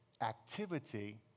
activity